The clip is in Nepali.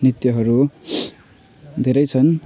नृत्यहरू धेरै छन्